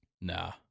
nah